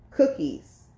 Cookies